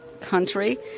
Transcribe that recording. country